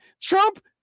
Trump